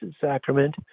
Sacrament